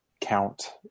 Count